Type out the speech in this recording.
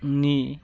नि